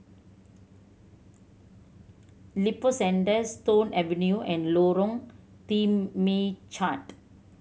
Lippo Centre Stone Avenue and Lorong Temechut